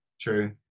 True